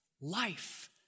life